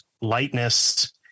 lightness